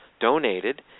donated